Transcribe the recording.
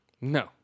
No